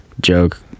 joke